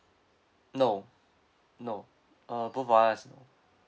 no no uh both of us